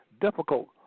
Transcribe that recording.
difficult